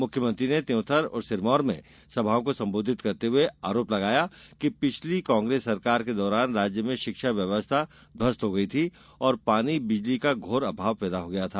मुख्यमंत्री ने त्योंथर और सिरमौर में सभाओं को संबोधित करते हुए आरोप लगाया कि पिछली कांग्रेस सरकार के दौरान राज्य में शिक्षा व्यवस्था ध्वस्त हो गयी थी और पानी बिजली का घोर अभाव पैदा हो गया था